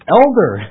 elder